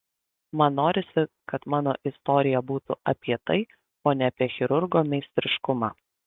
man norisi kad mano istorija būtų apie tai o ne apie chirurgo meistriškumą